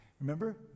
Remember